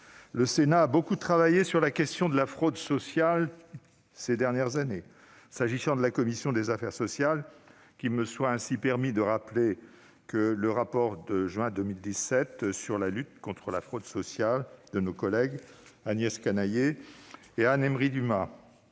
le Sénat a beaucoup travaillé sur la question de la fraude sociale ces dernières années. S'agissant de la commission des affaires sociales, je rappellerai ainsi le rapport de juin 2017 sur la lutte contre la fraude sociale de nos collègues Agnès Canayer et Anne Émery-Dumas